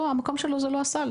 המקום של זה זה לא הסל.